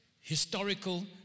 historical